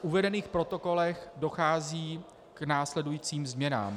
V uvedených protokolech dochází k následujícím změnám.